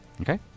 Okay